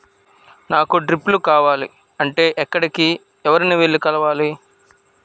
నాకు డ్రిప్లు కావాలి అంటే ఎక్కడికి, ఎవరిని వెళ్లి కలవాలి?